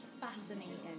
fascinating